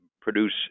produce